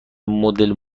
مدل